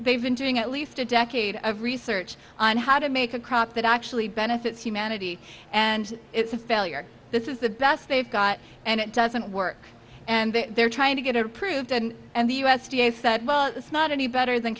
they've been doing at least a decade of research on how to make a crop that actually benefits humanity and it's a failure this is the best they've got and it doesn't work and they're trying to get it approved and the u s d a said well it's not any better than